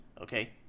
okay